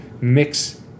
mix